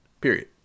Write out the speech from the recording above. Period